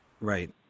Right